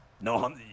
No